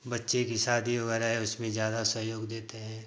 बच्चे की शादी वगैरह है उसमें ज़्यादा सहयोग देते हैं